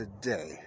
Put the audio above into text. today